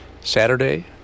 Saturday